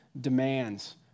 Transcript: demands